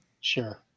sure